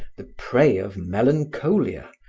the prey of melancholia,